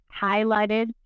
highlighted